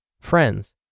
friends